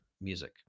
music